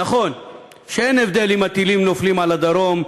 נכון שאין הבדל אם הטילים נופלים על הדרום,